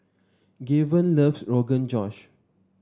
Gaven loves Rogan Josh